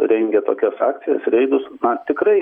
rengia tokias akcijas reidus na tikrai